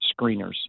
screeners